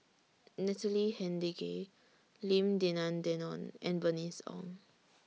Natalie Hennedige Lim Denan Denon and Bernice Ong